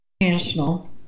National